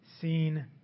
seen